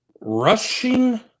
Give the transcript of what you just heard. rushing